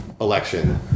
election